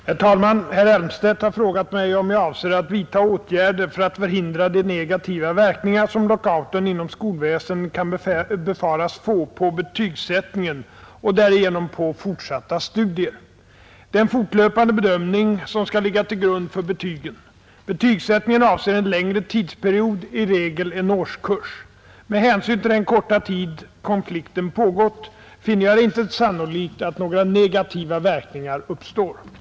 Herr talman! Herr Elmstedt har frågat mig, om jag avser att vidtaga åtgärder för att förhindra de negativa verkningar som lockouten inom skolväsendet kan befaras få på betygsättningen och därigenom på fortsatta studier. Det är en fortlöpande bedömning som skall ligga till grund för betygen. Betygsättningen avser en längre tidsperiod, i regel en årskurs. Med hänsyn till den korta tid konflikten pågått finner jag det inte sannolikt att några negativa verkningar uppstår.